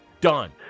Done